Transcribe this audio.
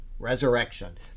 Resurrection